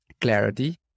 clarity